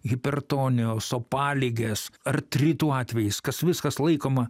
hipertonijos opaligės artritų atvejis kas viskas laikoma